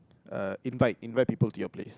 uh invite invite people to your place